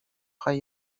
خوای